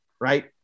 right